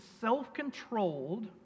self-controlled